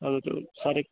हजुर त्यो साह्रै